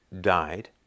died